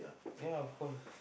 ya of course